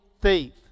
thief